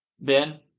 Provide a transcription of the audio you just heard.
Ben